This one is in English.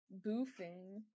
Boofing